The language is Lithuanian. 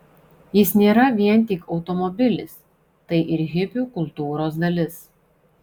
jis nėra vien tik automobilis tai ir hipių kultūros dalis